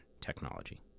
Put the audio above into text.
technology